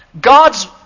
God's